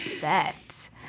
bet